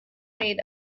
made